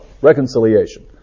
reconciliation